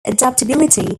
adaptability